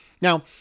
Now